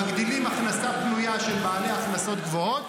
מגדילים הכנסה פנויה של בעלי הכנסות גבוהות